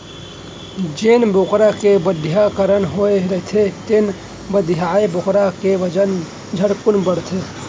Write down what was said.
जेन बोकरा के बधियाकरन होए रहिथे तेन बधियाए बोकरा के बजन झटकुन बाढ़थे